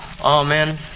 Amen